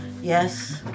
yes